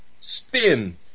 Spin